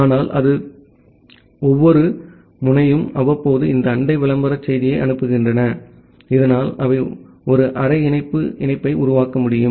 ஆனால் அது தவிர ஒவ்வொரு முனையும் அவ்வப்போது இந்த அண்டை விளம்பர செய்தியை அனுப்புகின்றன இதனால் அவை ஒரு அரை இணைப்பு இணைப்பை உருவாக்க முடியும்